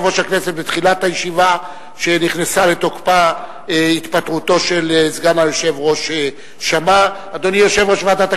יש החלטה שלא קוימה או שלא התייצבו עובדי